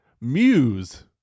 Muse